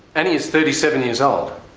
annie is thirty seven years old.